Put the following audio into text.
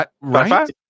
right